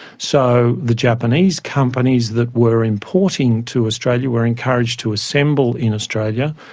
so the japanese companies that were importing to australia were encouraged to assemble in australia,